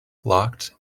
locked